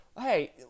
hey